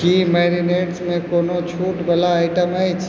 की marinades मे कोनो छूट बला आइटम अछि